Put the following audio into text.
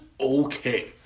okay